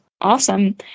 awesome